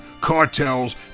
cartels